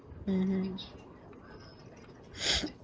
mmhmm